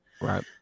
Right